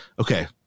okay